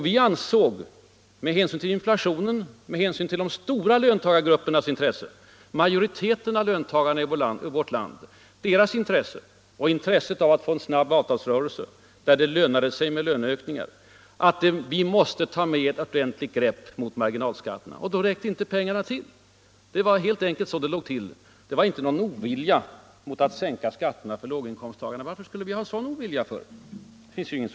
Vi ansåg med hänsyn till inflationen och de stora löntagargruppernas — majoriteten av löntagarna i vårt land —- intressen och för att få en snabb avtalsrörelse, där det lönar sig med löneökningar, att man måste ta ett ordentligt grepp beträffande marginalskatterna. Och då räckte inte pengarna till. Vi hyste ingen motvilja mot att sänka skatterna för låginkomsttagarna. Varför skulle vi inte vilja göra det?